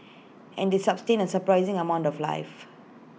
and they sustain A surprising amount of life